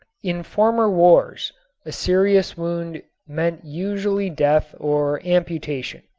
in former wars a serious wound meant usually death or amputation.